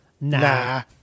Nah